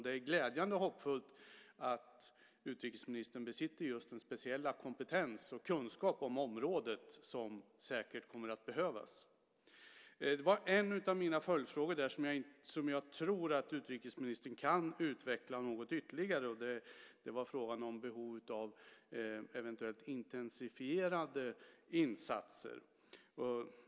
Det är glädjande och hoppfullt att utrikesministern besitter just den speciella kompetens och kunskap om området som säkert kommer att behövas. Det var en av mina följdfrågor som jag tror att utrikesministern kan utveckla något ytterligare. Det var frågan om behovet av eventuellt intensifierade insatser.